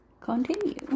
continue